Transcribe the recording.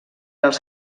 als